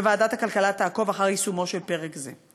וועדת הכלכלה תעקוב אחר יישומו של פרק זה.